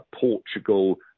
Portugal